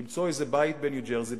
למצוא איזה בית בניו-ג'רסי,